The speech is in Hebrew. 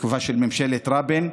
בתקופה של ממשלת רבין.